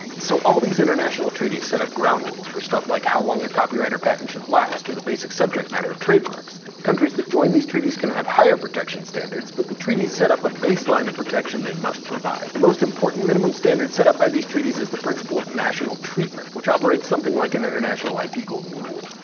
so all these international treaties set up ground rules for stuff like how long a copyright or patent should last, or the basic subject matter of trademarks. countries that join these treaties can have higher protection standards, but the treaties set up a baseline of protection they must provide. the most important minimum standard set up by these treaties is the principle of national treatment, which operates something like an international ip golden rule,